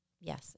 Yes